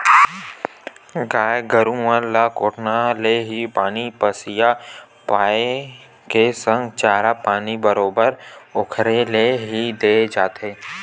गाय गरु मन ल कोटना ले ही पानी पसिया पायए के संग चारा पानी बरोबर ओखरे ले ही देय जाथे